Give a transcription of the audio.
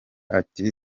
ati